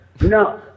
No